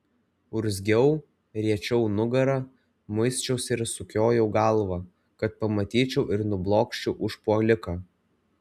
urzgiau riečiau nugarą muisčiausi ir sukiojau galvą kad pamatyčiau ir nublokščiau užpuoliką